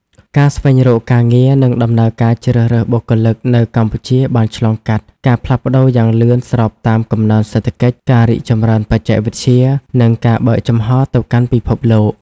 ការស្វែងរកការងារ និងដំណើរការជ្រើសរើសបុគ្គលិកនៅកម្ពុជាបានឆ្លងកាត់ការផ្លាស់ប្ដូរយ៉ាងលឿនស្របតាមកំណើនសេដ្ឋកិច្ច ការរីកចម្រើនបច្ចេកវិទ្យា និងការបើកចំហរទៅកាន់ពិភពលោក។